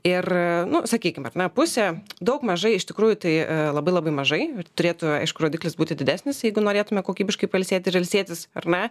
ir nu sakykime apie pusė daug mažai iš tikrųjų tai labai labai mažai turėtų aišku rodiklis būtų didesnis jeigu norėtume kokybiškai pailsėti ir ilsėtis ar ne